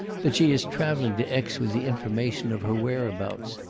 that she is travelling to aix with the information of her whereabouts.